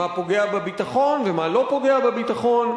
מה פוגע בביטחון ומה לא פוגע בביטחון.